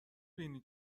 بینی